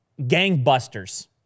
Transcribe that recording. gangbusters